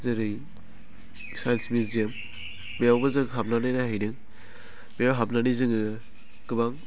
जेरै science museum बेवबो जों हाबनानै नायहैदों बेव हाबनानै जोङो गोबां